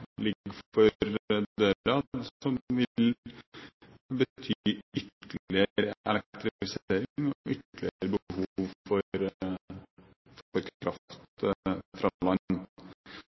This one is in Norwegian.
for døren som vil bety ytterligere elektrifisering og ytterligere behov for kraft fra land. Hovedvirkemidlene for